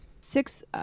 six